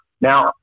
Now